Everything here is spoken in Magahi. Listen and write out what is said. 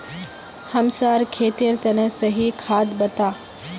हमसार खेतेर तने सही खाद बता